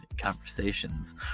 conversations